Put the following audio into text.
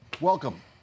welcome